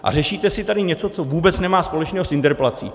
A řešíte si tady něco, co vůbec nemá nic společného s interpelací.